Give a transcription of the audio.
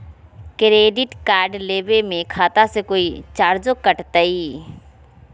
Credit card लेवे में खाता से कोई चार्जो कटतई?